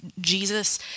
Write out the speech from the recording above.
Jesus